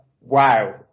wow